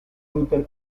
luther